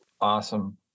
awesome